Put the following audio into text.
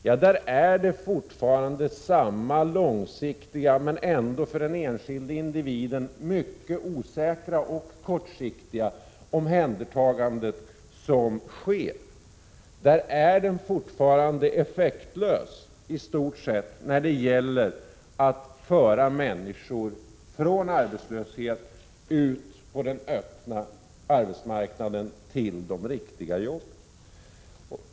Jo, där är det fortfarande samma långsiktiga, men ändå för den enskilde individen, mycket osäkra och kortsiktiga omhändertagande som sker. Där är arbetsmarknadspolitiken fortfarande i stort sett effektlös när det gäller att föra människor från arbetslöshet ut på den öppna arbetsmarknaden till de riktiga jobben.